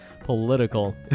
political